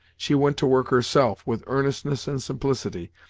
she went to work herself, with earnestness and simplicity,